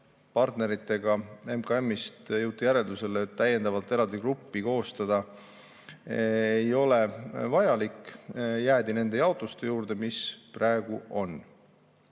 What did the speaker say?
partneritega MKM‑is jõuti järeldusele, et täiendavalt eraldi gruppi koostada ei ole vaja. Jäädi nende jaotuste juurde, mis praegu